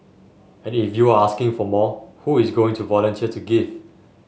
and if you are asking for more who is going to volunteer to give